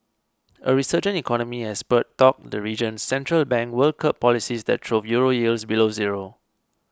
a resurgent economy has spurred talk the region's central bank will curb policies that drove Euro yields below zero